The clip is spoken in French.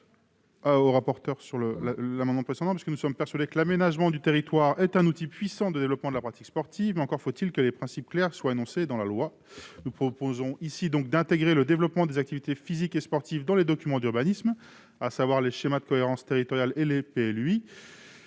Nous sommes persuadés que l'aménagement du territoire est un outil puissant de développement de la pratique sportive ; encore faut-il que des principes clairs soient énoncés dans la loi. Nous proposons ici d'inclure le développement des activités physiques et sportives dans les orientations des documents d'urbanisme, SCoT et PLUi.